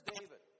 David